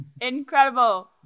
incredible